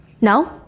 No